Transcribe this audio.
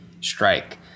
strike